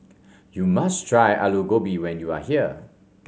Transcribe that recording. you must try Aloo Gobi when you are here